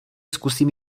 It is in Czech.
zkusím